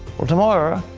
well, tomorrow,